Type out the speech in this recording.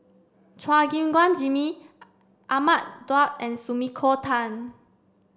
Chua Gim Guan Jimmy Ahmad Daud and Sumiko Tan